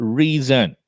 reason